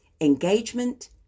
engagement